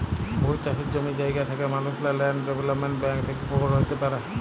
বহুত চাষের জমি জায়গা থ্যাকা মালুসলা ল্যান্ড ডেভেলপ্মেল্ট ব্যাংক থ্যাকে উপভোগ হ্যতে পারে